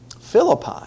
Philippi